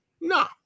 No